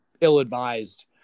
ill-advised